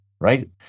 right